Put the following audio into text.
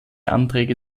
anträge